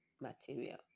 material